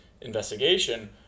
investigation